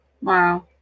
Wow